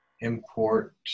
Import